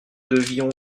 devions